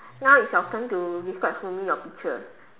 now is your turn to describe for me your picture